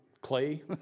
clay